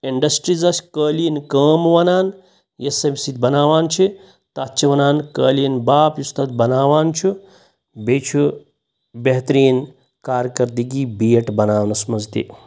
اِنڈَسٹریٖزَس قٲلیٖن کٲم ونان یُس امہِ سۭتۍ بناوان چھِ تَتھ چھِ ونان قٲلیٖن باپ یُس تَتھ بناوان چھُ بیٚیہِ چھُ بہتریٖن کارکردگی بیٹ بناونَس منٛز تہِ